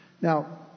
Now